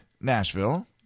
Nashville